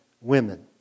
women